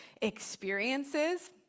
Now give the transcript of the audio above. experiences